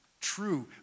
true